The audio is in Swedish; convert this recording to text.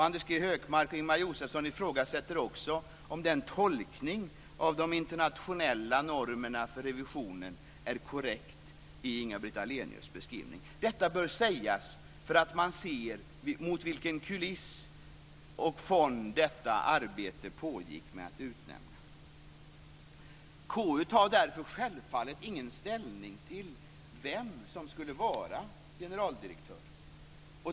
Anders G Högmark och Ingemar Josefsson ifrågasätter också om den tolkning av de internationella normerna för revisionen är korrekt i Inga-Britt Ahlenius beskrivning. Detta bör sägas för att man ska se mot vilken kuliss och fond arbetet med att utnämna pågick. KU tar självfallet ingen ställning till vem som skulle vara generaldirektör.